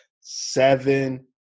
seven